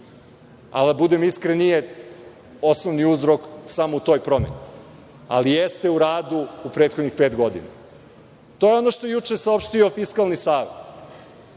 Da budem iskren, nije osnovni uzrok samo u toj promeni, ali jeste u radu u prethodnih pet godina. To je ono što je juče saopštio Fiskalni savet,